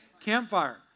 Campfire